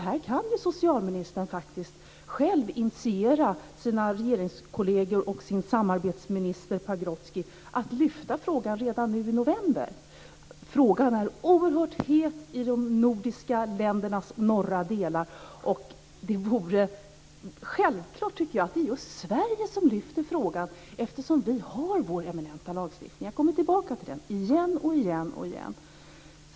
Här kan socialministern själv initiera sina regeringskolleger och samarbetsministern Pagrotsky att lyfta frågan redan nu i november. Frågan är oerhört het i de nordiska ländernas norra delar. Det vore självklart att det är just Sverige som lyfter frågan, eftersom vi har vår eminenta lagstiftning. Jag kommer tillbaka till den igen och återigen.